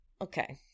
Okay